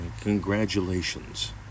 Congratulations